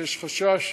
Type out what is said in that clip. שיש חשש,